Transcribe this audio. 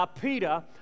Peter